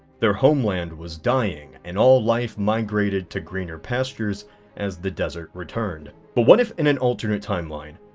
their homeland was dying and all life migrated to greener pastures as the desert returned, but what if in an alternate timeline?